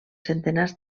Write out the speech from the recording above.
centenars